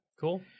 Cool